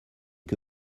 que